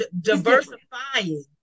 diversifying